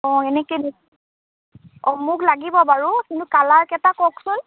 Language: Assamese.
অঁ এনেকৈ দি অঁ মোক লাগিব বাৰু কিন্তু কালাৰকেইটা কওকচোন